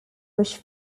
which